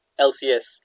LCS